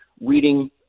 reading